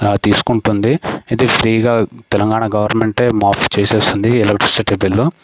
తీసుకుంటుంది ఇది ఫ్రీగా తెలంగాణ గవర్నమెంటే మాఫ్ చేసేస్తుంది ఎలక్ట్రిసిటీ బిల్లు